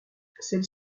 celle